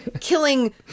killing